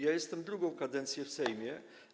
Ja jestem drugą kadencję w Sejmie.